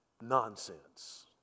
Nonsense